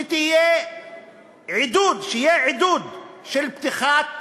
שיהיה עידוד של פתיחת